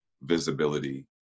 visibility